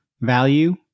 Value